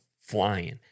flying